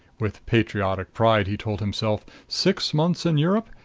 with patriotic pride he told himself six months in europe,